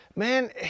Man